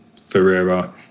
Ferreira